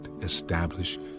establish